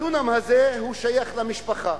הדונם הזה שייך למשפחה,